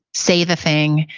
say the thing.